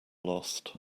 lost